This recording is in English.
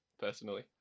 personally